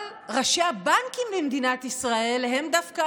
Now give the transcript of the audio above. אבל ראשי הבנקים במדינת ישראל הם דווקא,